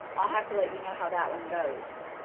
i'll have to let you know how that one goes.